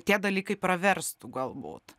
tie dalykai praverstų galbūt